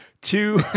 two